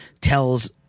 tells